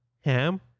Ham